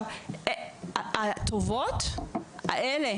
הטובות האלה,